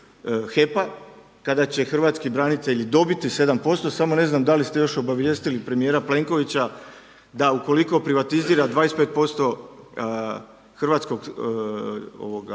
HEP-a kada će hrvatski branitelji dobiti 7% samo ne znam da li ste još obavijestili premijera Plenkovića da ukoliko privatizira 25% HEP-a onda